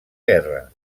guerra